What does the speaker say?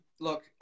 look